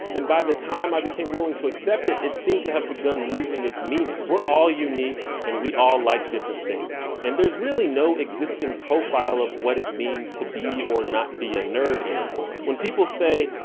and by the time i became willing to accept it, it seemed to have begun losing its meaning. we're all unique and we all like different things, and there's really no existing profile of what it means to be or not be a nerd anymore. when people say,